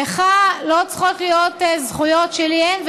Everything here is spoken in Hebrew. לך לא צריכות להיות זכויות שלי אין,